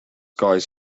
guys